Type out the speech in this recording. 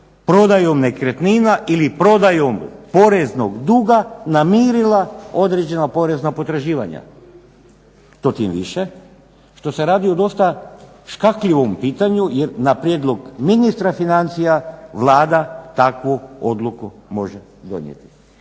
prodajom nekretnina ili prodajom poreznog duga namirila određena porezna potraživanja. To tim više što se radi o dosta škakljivom pitanju jer na prijedlog ministra financija Vlada takvu odluku može donijeti.